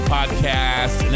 Podcast